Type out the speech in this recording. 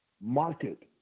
market